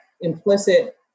implicit